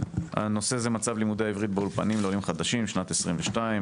הנושא הוא מצב לימודי העברית באולפנים לעולים חדשים בשנת 2022,